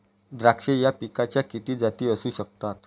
द्राक्ष या पिकाच्या किती जाती असू शकतात?